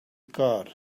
car